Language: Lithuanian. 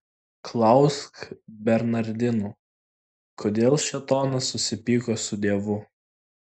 klausk bernardinų kodėl šėtonas susipyko su dievu